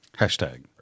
Hashtag